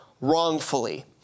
wrongfully